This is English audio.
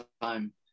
time